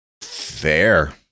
Fair